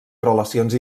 relacions